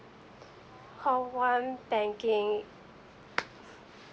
call one banking